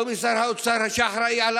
לא משר האוצר שאחראי על